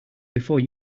before